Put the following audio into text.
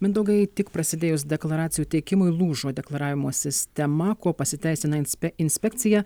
mindaugai tik prasidėjus deklaracijų teikimui lūžo deklaravimo sistema kuo pasiteisina inspe inspekcija